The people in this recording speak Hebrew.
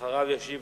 אחריו ישיב